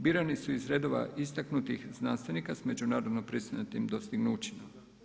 Birani su iz redova istaknutih znanstvenika sa međunarodno priznatim dostignućima.